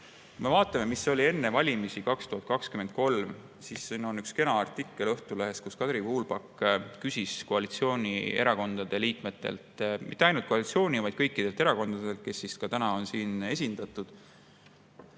Me vaatame, mis oli enne valimisi 2023. Siin on üks kena artikkel Õhtulehes, kus Kadri Kuulpak küsis koalitsioonierakondade liikmetelt, ja mitte ainult koalitsiooni kuuluvatelt, vaid kõikidelt erakondadelt, kes ka täna on siin esindatud: